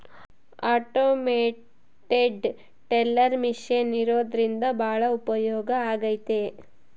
automated teller machine ಇರೋದ್ರಿಂದ ಭಾಳ ಉಪಯೋಗ ಆಗೈತೆ